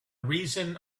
reason